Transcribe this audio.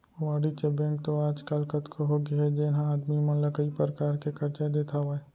वाणिज्य बेंक तो आज काल कतको होगे हे जेन ह आदमी मन ला कई परकार के करजा देत हावय